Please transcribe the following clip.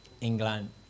England